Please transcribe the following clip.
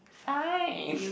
fine